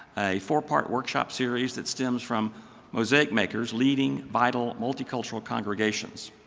a four part workshop series that stems from mosaic makers, leading vital multicultural congregations.